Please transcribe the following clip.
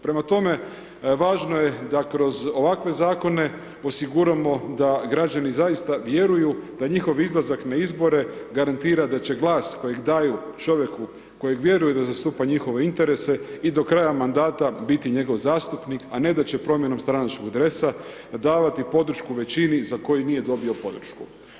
Prema tome, važno je da kroz ovakve zakone osiguramo da građani zaista vjeruju da njihov izlazak na izbore garantira da će glas kojeg daju čovjeku kojeg vjeruje da zastupa njihove interese i do kraja mandata biti njegov zastupnik a ne da će promjenom stranačkog dresa davati podršku većini za koji nije dobio podršku.